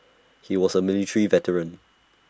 he was A military veteran